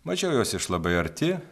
mačiau juos iš labai arti